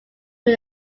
due